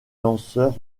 lanceur